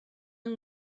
yng